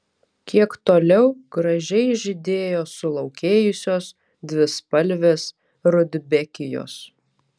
kiek toliau gražiai žydėjo sulaukėjusios dvispalvės rudbekijos